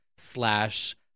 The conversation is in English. Slash